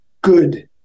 good